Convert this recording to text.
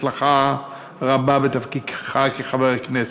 הצלחה רבה בתפקידך כחבר הכנסת,